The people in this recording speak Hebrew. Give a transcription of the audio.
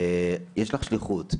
יש לך שליחות.